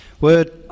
Word